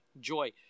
Joy